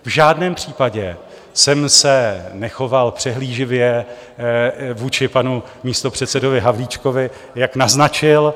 V žádném případě jsem se nechoval přehlíživě vůči panu místopředsedovi Havlíčkovi, jak naznačil.